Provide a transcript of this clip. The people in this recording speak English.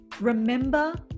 remember